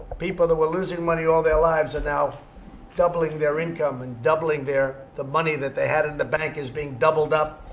people that were losing money all their lives are now doubling their income and doubling their the money that they had in the bank is being doubled up.